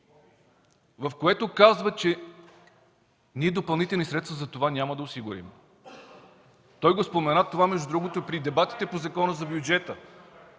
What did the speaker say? в което казва, че ние допълнителни средства за това няма да осигурим. Той го спомена това, между другото, при дебатите по Закона за бюджета.